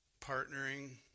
partnering